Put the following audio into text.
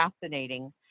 fascinating